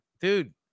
Dude